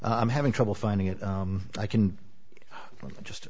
i'm having trouble finding it i can just